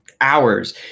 hours